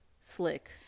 slick